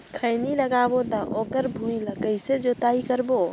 खैनी लगाबो ता ओकर भुईं ला कइसे जोताई करबो?